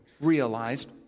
realized